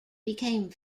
became